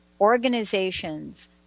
organizations